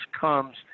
comes